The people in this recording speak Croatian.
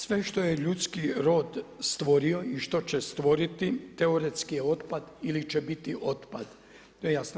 Sve što je ljudski rod stvorio i što će stvoriti teoretski je otpad ili će biti otpad, to je jasno.